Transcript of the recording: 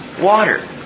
water